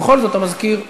ובכל זאת המזכיר שלנו,